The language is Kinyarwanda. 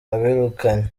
abirukanywe